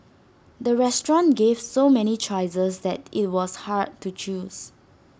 the restaurant gave so many choices that IT was hard to choose